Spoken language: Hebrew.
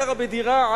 גרה בדירה,